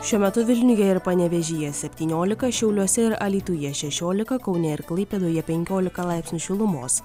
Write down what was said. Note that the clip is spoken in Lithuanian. šiuo metu vilniuje ir panevėžyje septyniolika šiauliuose ir alytuje šešiolika kaune ir klaipėdoje penkiolika laipsnių šilumos